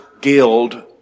guild